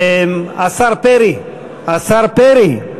השר פרי, השר פרי.